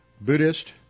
Buddhist